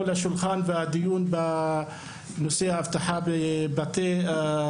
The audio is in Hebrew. לשולחן ולדיון בנושא האבטחה בבתי-הספר.